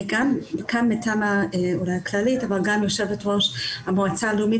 אני כאן מטעם הכללית אבל גם יושבת ראש המועצה הלאומית